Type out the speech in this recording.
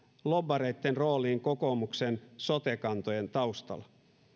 lobbareitten rooliin kokoomuksen sote kantojen taustalla